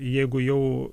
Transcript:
jeigu jau